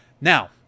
now